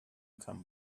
come